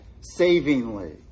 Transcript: savingly